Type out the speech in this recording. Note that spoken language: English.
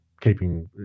keeping